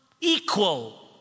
equal